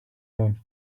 own